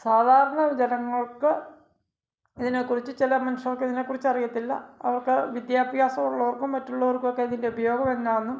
സാധാരണ ജനങ്ങൾക്ക് ഇതിനെക്കുറിച്ച് ചില മനുഷ്യർക്ക് ഇതിനെക്കുറിച്ച് അറിയത്തില്ല അവർക്ക് വിദ്യാഭ്യാസമുള്ളവർക്കും മറ്റുള്ളവർക്കൊക്കെ ഇതിന്റെ ഉപയോഗം എന്താന്നും